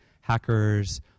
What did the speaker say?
hackers